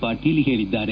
ಪಾಟೀಲ್ ಹೇಳಿದ್ದಾರೆ